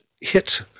hit